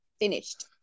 Finished